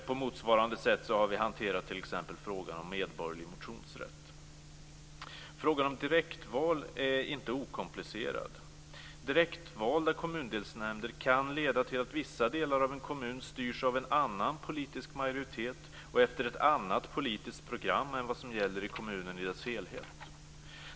På motsvarande sätt har vi hanterat t.ex. frågan om medborgerlig motionsrätt. Frågan om direktval är inte okomplicerad. Direktvalda kommundelsnämnder kan leda till att vissa delar av en kommun styrs av en annan politisk majoritet och efter ett annat politiskt program än vad som gäller i kommunen i dess helhet.